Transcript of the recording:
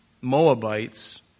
Moabites